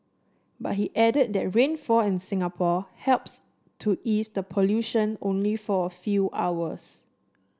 but he added that rainfall in Singapore helps to ease the pollution only for a few hours